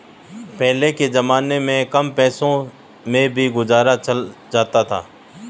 पहले के जमाने में कम पैसों में भी गुजारा चल जाता था